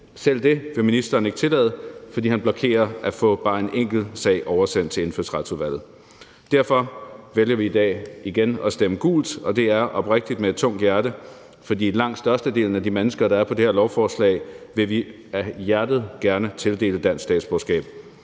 Selv det vil ministeren ikke tillade; han blokerer for at få bare en enkelt sag oversendt til Indfødsretsudvalget. Derfor vælger vi i dag igen at stemme gult, og det er oprigtigt med et tungt hjerte, for langt størstedelen af de mennesker, der er på det her lovforslag, vil vi hjertens gerne tildele dansk statsborgerskab.